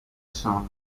sono